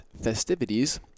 festivities